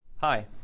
Hi